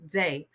day